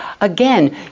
Again